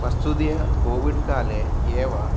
वस्तुतः कोविड्काले एव